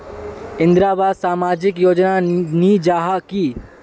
इंदरावास सामाजिक योजना नी जाहा की?